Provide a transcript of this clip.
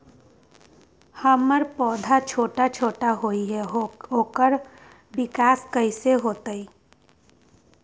हमर पौधा छोटा छोटा होईया ओकर विकास कईसे होतई?